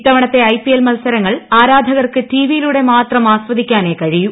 ഇത്തവണത്തെ ഐപിഎൽ മത്സരങ്ങൾ ആരാധകർക്ക് ടിവിയിലൂടെ മാത്രം ആസ്വദിക്കാനേ കഴിയൂ